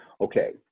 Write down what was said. okay